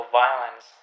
violence